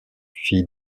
fille